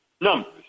numbers